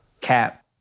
cap